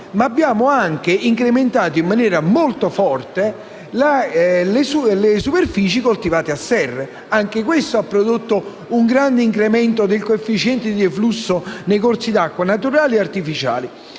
abbiamo anche incrementato in maniera molto forte le superfici coltivate a serra. Anche questo ha prodotto un notevole incremento del coefficiente di deflusso nei corsi d’acqua naturali e artificiali.